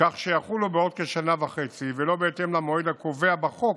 כך שיחולו בעוד כשנה וחצי ולא בהתאם למועד הקובע בחוק,